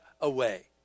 away